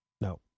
No